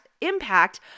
impact